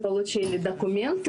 שלושה חודשים היא מחכה לאולפן.